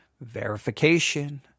verification